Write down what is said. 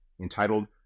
entitled